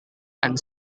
and